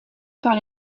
par